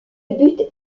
but